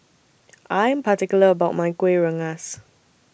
I Am particular about My Kuih Rengas